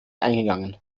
eingegangen